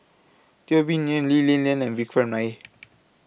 Teo Bee Yen Lee Li Lian and Vikram Nair